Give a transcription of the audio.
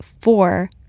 four